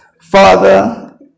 Father